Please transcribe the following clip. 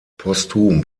posthum